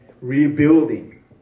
rebuilding